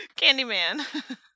Candyman